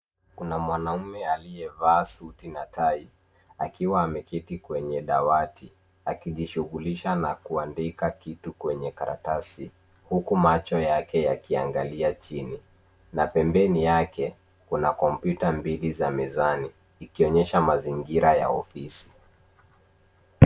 Kuna mwanaume aliyevaa suti na tai akiwa ameketi kwenye dawati akijishughulisha na kuandika kiti kwenye karatasi uku macho yake yakiangalia chini. Na pembeni yake kuna kompyuta mbili za mezani, ikionyesha mazingira ya ofisi.